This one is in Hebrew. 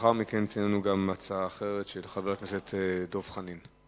לאחר מכן תהיה גם הצעה אחרת של חבר הכנסת דב חנין.